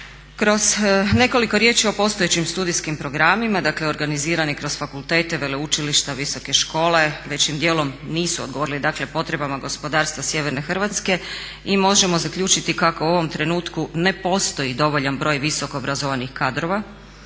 Kroz nekoliko riječi o postojećim studijskim programima, dakle organizirani kroz fakultete, veleučilišta, visoke škole većim dijelom nisu odgovorili, dakle potrebama gospodarstva sjeverne Hrvatske. I možemo zaključiti kako u ovom trenutku ne postoji dovoljan broj visoko organiziranih kadrova